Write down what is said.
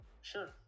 Sure